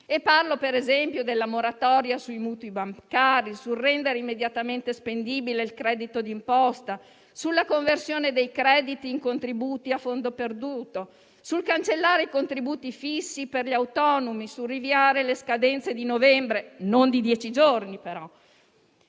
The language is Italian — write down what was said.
Parlo, ad esempio, della moratoria sui mutui bancari, sul rendere immediatamente spendibile il credito di imposta, sulla conversione dei crediti in contributi a fondo perduto, sul cancellare i contributi fissi per gli autonomi, sul rinviare le scadenze di novembre, ma non di dieci giorni,